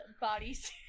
bodies